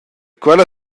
quella